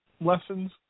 lessons